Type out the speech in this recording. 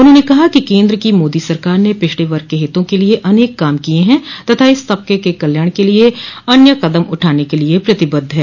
उन्होंने कहा कि केन्द्र की मोदी सरकार ने पिछड़े वर्ग के हितों के लिये अनेक काम किये हैं तथा इस तबक़े के कल्याण क लिये अन्य कदम उठाने के लिये प्रतिबद्ध है